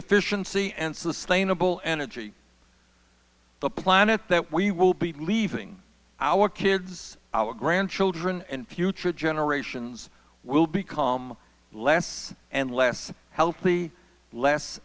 efficiency and sustainable energy the planet that we will be leaving our kids our grandchildren and future generations will become less and less healthy less